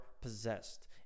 possessed